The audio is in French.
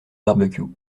barbecue